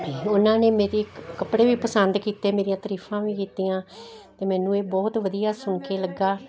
ਉਹਨਾਂ ਨੇ ਮੇਰੇ ਕੱਪੜੇ ਵੀ ਪਸੰਦ ਕੀਤੇ ਮੇਰੀਆਂ ਤਰੀਫਾਂ ਵੀ ਕੀਤੀਆਂ ਅਤੇ ਮੈਨੂੰ ਇਹ ਬਹੁਤ ਵਧੀਆ ਸੁਣ ਕੇ ਲੱਗਾ